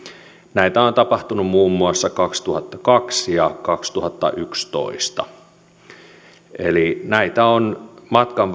näitä on tapahtunut muun muassa kaksituhattakaksi ja kaksituhattayksitoista näitä on matkan